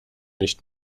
nicht